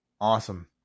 Awesome